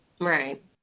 Right